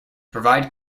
provide